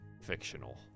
fictional